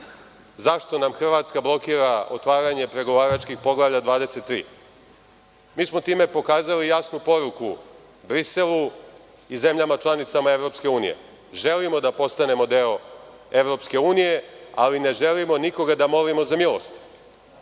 zašto nam Hrvatska blokira otvaranje pregovaračkih poglavlja 23. Mi smo time pokazali jasnu poruku Briselu i zemljama članicama EU, želimo da postanemo deo EU, ali ne želimo nikoga da molimo da milost. Ne